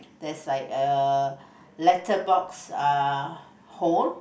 there's like a uh letter box uh hole